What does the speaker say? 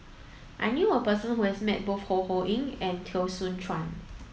I knew a person who has met both Ho Ho Ying and Teo Soon Chuan